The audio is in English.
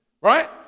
right